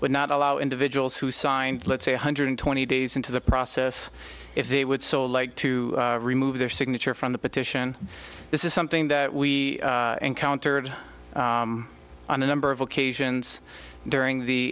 would not allow individuals who signed let's say one hundred twenty days into the process if they would so like to remove their signature from the petition this is something that we encountered on a number of occasions during the